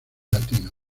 latino